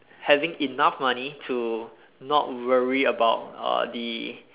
having enough money to not worry about uh the